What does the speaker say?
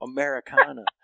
Americana